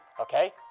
Okay